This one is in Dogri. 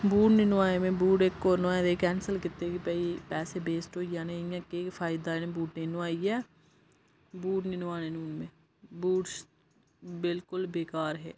बूट नी नुआई में बूट इक होर नुआए दे कैंसल कीते कि भई पैसे वेस्ट होई जाने इयां केह् फायदा इनें बूटें नुआइयै बूट नी नुआने नुने बूट बिलकुल बेकार हे